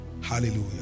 Hallelujah